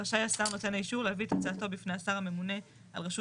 רשאי השר נותן האישור להביא את הצעתו בפני השר הממונה על רשות